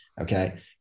Okay